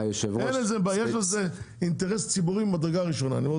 זה אינטרס ציבורי ממדרגה ראשונה.